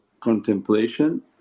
contemplation